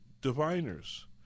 diviners